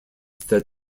that